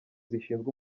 zishinzwe